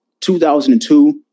2002